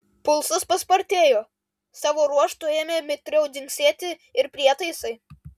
pulsas paspartėjo savo ruožtu ėmė mitriau dzingsėti ir prietaisai